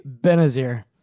Benazir